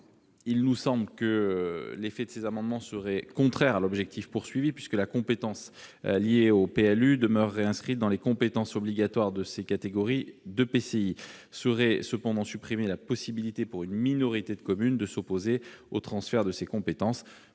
d'agglomération. L'effet de ces amendements serait contraire à l'objectif, puisque la compétence liée au PLU demeurerait inscrite dans les compétences obligatoires de ces catégories d'EPCI. Serait cependant supprimée la possibilité pour une minorité de communes de s'opposer au transfert de ces compétences.